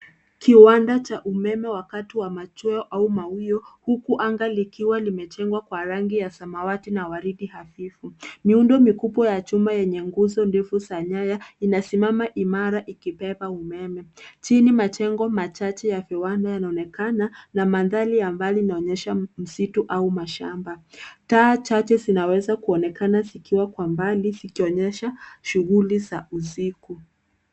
Kiwanda cha umeme wakati wa machweo au mawio, huku anga likiwa limejengwa kwa rangi ya samawati na waridi hafifu. Miundo mikubwa ya chuma yenye nguzo ndefu za nyaya inasimama imara ikibeba umeme. Chini, majengo machache ya viwanda yanaonekana na mandhari ya mbali inaonyesha msitu au mashamba. Taa chache zinaweza kuonekana zikiwa kwa mbali zikionyesha shughuli za usiku.